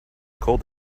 cold